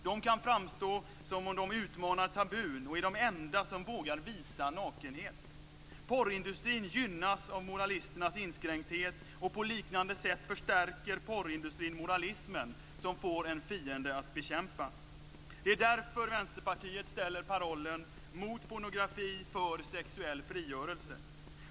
De kan framstå som om de utmanar tabun och är de enda som vågar visa nakenhet. Porrindustrin gynnas av moralisternas inskränkthet, och på liknande sätt förstärker porrindustrin moralismen som får en fiende att bekämpa. Det är därför Vänsterpartiet ställer parollen "Mot pornografi - för sexuell frigörelse!".